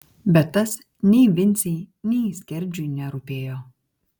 bet tas nei vincei nei skerdžiui nerūpėjo